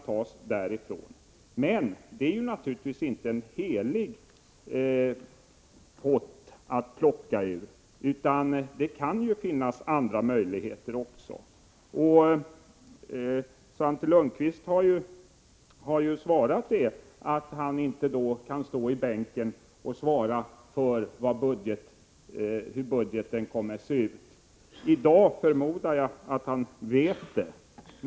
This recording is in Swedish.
Men naturligtvis skall skogsvårdsavgifterna inte vara den enda pott man kan ta medel ur — det kan finnas andra möjligheter. Svante Lundkvist har ju också sagt här i riksdagen att han inte kan svara på frågor om hur budgeten kommer att se ut. Jag förmodar att han vet det i dag.